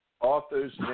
Authors